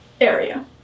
area